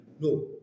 No